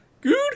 good